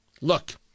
Look